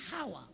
power